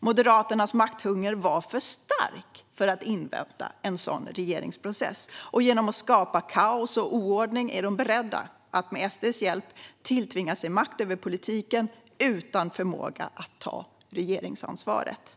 Moderaternas makthunger var för stark för att de skulle invänta en sådan regeringsprocess. Genom att skapa kaos och oordning är de beredda att med SD:s hjälp tilltvinga sig makt över politiken utan förmåga att ta regeringsansvaret.